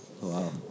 Wow